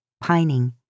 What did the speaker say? pining